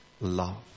love